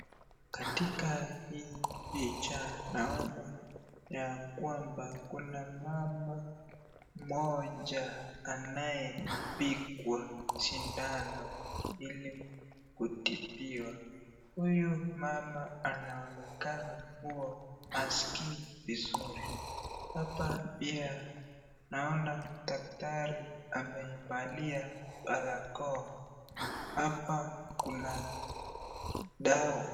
Katika hii picha naona ya kwamba kuna mama moja anayepikwa sindano hili kutibiwa huyu mama anaonekana kuwa hasikii vizuri hapa pia naona daktari amefalia barakoa hapa Kuna dawa.